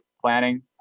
planning